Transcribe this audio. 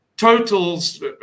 Total's